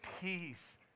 peace